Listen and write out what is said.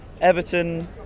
Everton